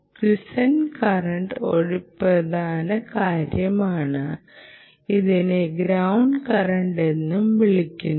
quiescent current ഒരു പ്രധാന കാര്യമാണ് ഇതിനെ ഗ്രൌണ്ട് കറന്റ് എന്നും വിളിക്കുന്നു